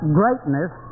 greatness